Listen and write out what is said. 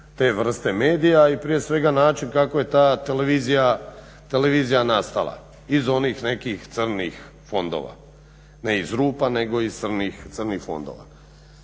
te vrste medija i prije svega način kako je ta televizija nastala iz onih nekih crnih fondova. Ne iz rupa nego i crnih fondova.